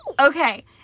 okay